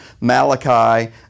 Malachi